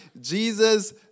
Jesus